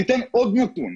אני אתן עוד נתון.